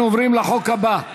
אנחנו עוברים לחוק הבא: